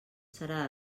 serà